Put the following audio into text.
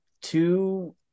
two